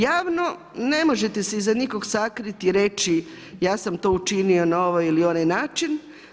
Javno ne možete se iza nikog sakriti i reći ja sam to učinio na ovaj ili onaj način.